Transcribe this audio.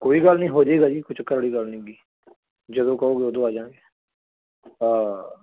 ਕੋਈ ਗੱਲ ਨਹੀਂ ਹੋ ਜੇਗਾ ਜੀ ਕੋਈ ਚੱਕਰ ਵਾਲੀ ਗੱਲ ਨਹੀਂ ਗੀ ਜਦੋਂ ਕਹੋਗੇ ਉਦੋਂ ਆ ਜਾਂਗੇ